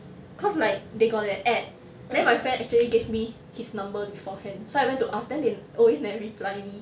cause like they got an ad then my friend actually gave me his number beforehand so I went to ask then they always never reply me